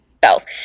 bells